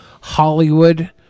Hollywood